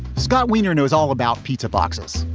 scott wiener knows all about pizza boxes.